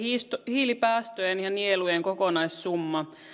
hiilipäästöjen ja nielujen kokonaissumma